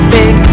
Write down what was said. big